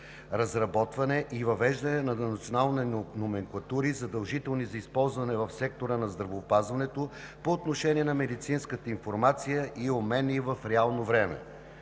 „Разработване и въвеждане на национални номенклатури, задължителни за използване в сектора на здравеопазването по отношение на медицинската информация и обмени в реално време“.